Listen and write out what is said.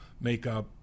makeup